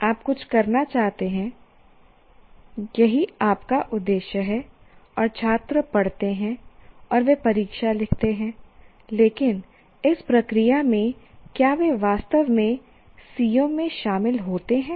आप कुछ करना चाहते हैं यही आपका उद्देश्य है और छात्र पढ़ते हैं और वे परीक्षा लिखते हैं लेकिन इस प्रक्रिया में क्या वे वास्तव में CO में शामिल होते हैं